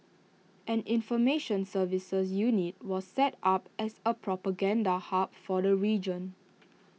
an information services unit was set up as A propaganda hub for the region